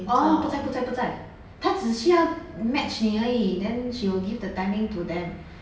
orh 不在不在不在她只需要 match 你而已 then she will give the timing to them